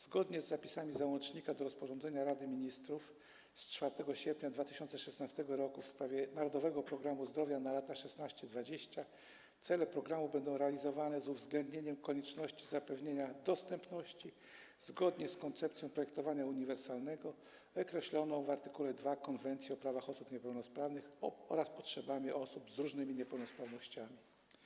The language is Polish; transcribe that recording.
Zgodnie z zapisami załącznika do rozporządzenia Rady Ministrów z 4 sierpnia 2016 r. w sprawie „Narodowego programu zdrowia na lata 2016-2020” cele programu będą realizowane z uwzględnieniem konieczności zapewnienia dostępności zgodnie z koncepcją projektowania uniwersalnego określoną w art. 2 Konwencji o prawach osób niepełnosprawnych oraz potrzebami osób z różnymi niepełnosprawnościami.